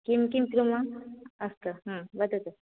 किं किं कुर्मः अस्तु वदतु